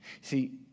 See